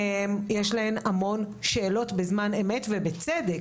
יש להן המון שאלות בזמן אמת, ובצדק.